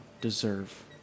deserve